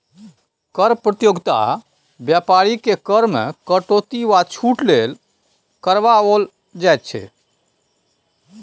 कर प्रतियोगिता बेपारीकेँ कर मे कटौती वा छूट लेल करबाओल जाइत छै